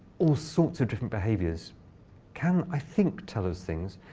all sorts of different behaviors can, i think, tell us things.